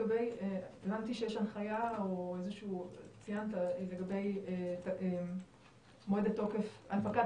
הבנתי שיש הנחיה או שציינת דבר מה לגבי הנפקת